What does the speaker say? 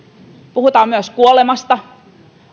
puhumme myös kuolemasta